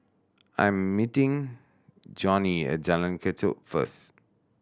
I'm meeting Johnie at Jalan Kechot first